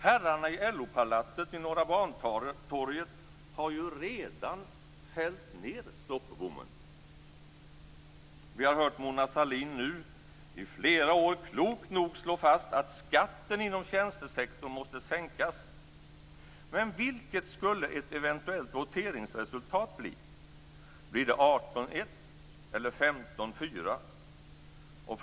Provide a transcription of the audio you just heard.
Herrarna i LO-palatset vid Norra Bantorget har ju redan fällt ned stoppbommen. Vi har nu i flera år hört Mona Sahlin klokt nog slå fast att skatten inom tjänstesektorn måste sänkas. Men vilket skulle ett eventuellt voteringsresultat bli? Blir det 18-1 eller 15-4?